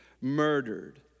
murdered